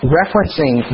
referencing